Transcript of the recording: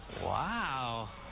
Wow